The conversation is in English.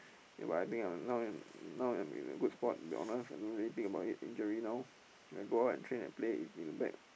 yeah but I think I now now I'm in a good spot to be honest I don't really think about it injuries now when I go out and train and play it's in back